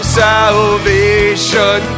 salvation